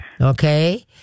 okay